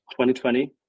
2020